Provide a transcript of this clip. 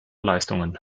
leistungen